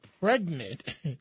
pregnant